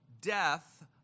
death